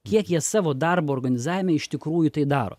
kiek jie savo darbo organizavime iš tikrųjų tai daro